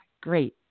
great